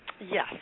Yes